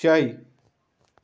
چےَ